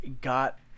got